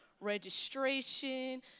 registration